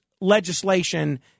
legislation